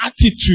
attitude